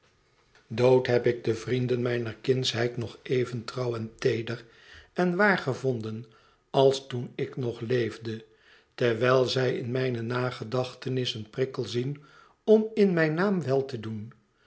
dood heb ik de vrienden mijner kindsheid nog even trouw en teeder en waar gevonden als toen ik nog leefde terwijl zij in mijne nagedachtenis een prikkel zien om in mijn naam wel te doen